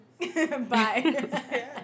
Bye